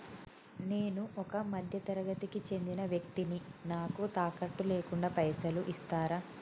నేను ఒక మధ్య తరగతి కి చెందిన వ్యక్తిని నాకు తాకట్టు లేకుండా పైసలు ఇస్తరా?